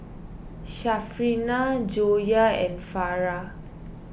Syarafina Joyah and Farah